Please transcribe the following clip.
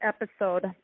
episode